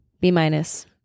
B-minus